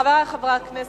חברי חברי הכנסת,